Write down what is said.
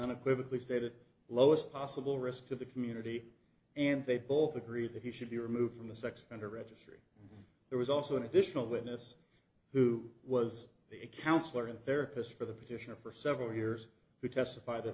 unequivocal stated lowest possible risk to the community and they both agree that he should be removed from the sex offender registry there was also an additional witness who was the a counselor in therapist for the petitioner for several years who testified that